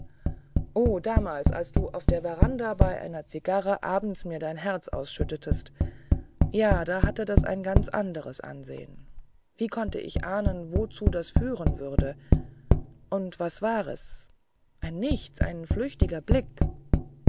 o damals als du auf der veranda bei einer zigarre abends mir dein herz ausschüttetest ja da hatte das ein ganz anderes aussehen wie konnte ich ahnen wozu das führen würde und was war es ein nichts ein flüchtiger blick